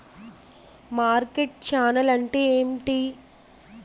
Market channel అంటే ఏంటి?